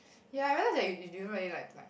ya I realise that you you don't really like to cry